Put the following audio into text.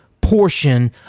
portion